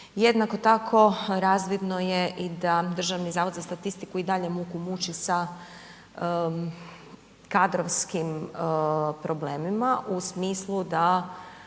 Jednako tako razvidno je i da Državni zavod za statistiku i dalje muku muči sa kadrovskim problemima u smislu da